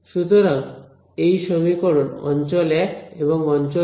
সুতরাং এই সমীকরণ অঞ্চল 1 এবং অঞ্চল 2 দুটোর জন্যই ঠিক